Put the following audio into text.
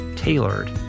Tailored